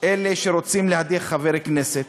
אלה שרוצים להדיח חבר כנסת,